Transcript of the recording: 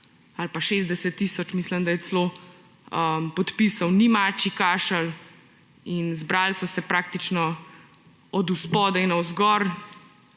ali pa 60 tisoč ‒ mislim, da je celo ‒ podpisov ni mačji kašelj in zbrali so se praktično od spodaj navzgor;